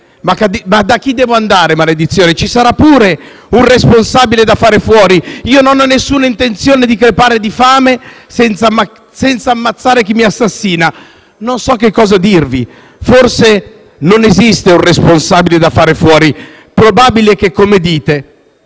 Ma da chi si deve andare allora, maledizione? Ci sarà pure un responsabile da far fuori. Io non ho nessuna intenzione di crepare di fame senza ammazzare chi mi assassina. Non so cosa dirvi. Forse non esiste un responsabile da poter far fuori… Probabile che, come dite